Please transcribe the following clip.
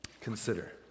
Consider